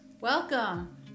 Welcome